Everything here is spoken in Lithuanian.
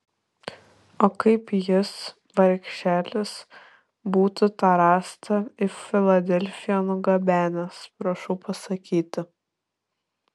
o kaip jis vargšelis būtų tą rąstą į filadelfiją nugabenęs prašau pasakyti